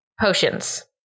potions